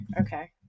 Okay